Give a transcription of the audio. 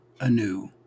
anew